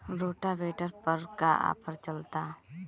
Rotavator पर का offer चलता?